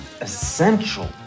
essential